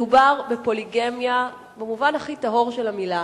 מדובר בפוליגמיה במובן הכי טהור של המלה.